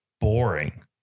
boring